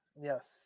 yes